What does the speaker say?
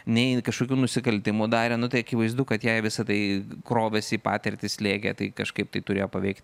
nei kažkokių nusikaltimų darė nu tai akivaizdu kad jai visa tai krovėsi į patirtis slėgė tai kažkaip tai turėjo paveikti